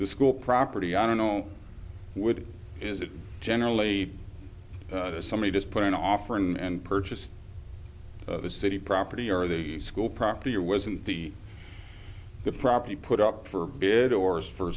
the school property i don't know which is it generally somebody just put an offer and purchased the city property or the school property or wasn't the the property put up for bid or is for